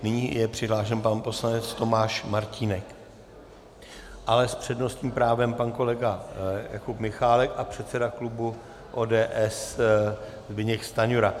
Nyní je přihlášen pan poslanec Tomáš Martínek, ale s přednostním právem pan kolega Jakub Michálek a předseda klubu ODS Zbyněk Stanjura.